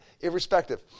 irrespective